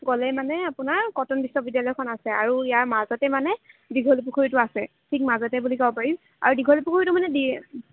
গ'লেই মানে আপোনাৰ কটন বিশ্ববিদ্যালয়খন আছে আৰু ইয়াৰ মাজতে মানে দীঘলীপুখুৰীটো আছে ঠিক মাজতে বুলি ক'ব পাৰি আৰু দীঘলীপুখুৰীটো মানে দী